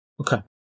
Okay